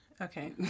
Okay